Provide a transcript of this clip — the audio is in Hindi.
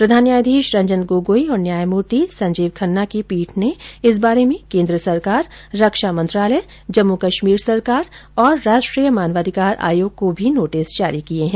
प्रधान न्यायाधीश रंजन गोगोई और न्यायमूर्ति संजीव खन्ना की पीठ ने इस बारे में केन्द्र सरकार रक्षा मंत्रालय जम्मू कश्मीर सरकार और राष्ट्रीय मानवाधिकार आयोग को भी नोटिस जारी किये हैं